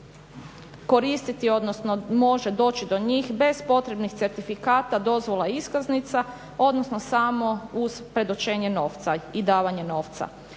koristiti, odnosno može doći do njih bez potrebnih certifikata, dozvola, iskaznica, odnosno samo uz predočenje novca i davanje novca.